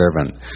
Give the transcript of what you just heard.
servant